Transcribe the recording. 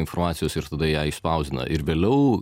informacijos ir tada ją išspausdina ir vėliau